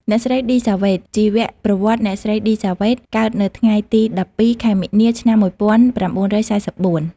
អ្នកស្រី ឌី សាវ៉េត ជីវប្រវត្តិ អ្នកស្រី ឌី សាវ៉េត កើតនៅថ្ងៃទី១២ ខែមីនា ឆ្នាំ១៩៤៤។